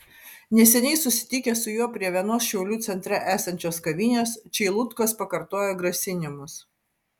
neseniai susitikę su juo prie vienos šiaulių centre esančios kavinės čeilutkos pakartojo grasinimus